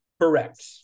Correct